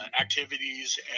activities